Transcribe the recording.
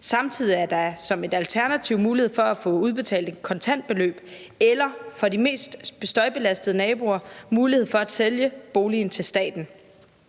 Samtidig er der som et alternativ mulighed for at få udbetalt et kontantbeløb eller for de mest støjbelastede naboer mulighed for at sælge boligen til staten.